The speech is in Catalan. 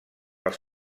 els